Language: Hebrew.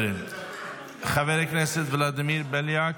חבר הכנסת ולדימיר בליאק.